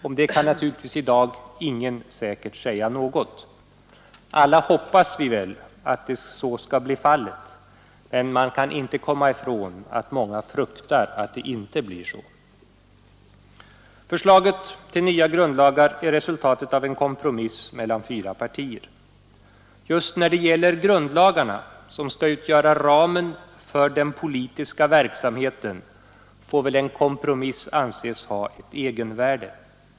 Om detta kan naturligtvis i dag ingen s ikert s något. Alla hoppas vi väl att så skall bli fallet, men man kan inte komma ifrån att många fruktar att det inte blir så. Förslaget till nya grundlagar är resultatet av en kompromiss mellan fyra partier. Just när det gäller grundlagarna, som skall utgöra ramen för den politiska verksamheten, får en kompromiss anses ha ett egenvärde.